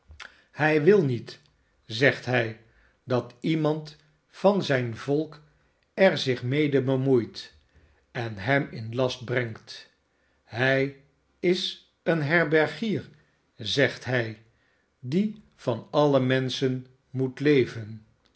hij wil niet zegt hij dat iemand van zijn volk er zich mede bemoeit en hem in last brengt hij is een herbergier zegt hij dio van alle menschen moet leven